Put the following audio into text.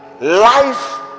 Life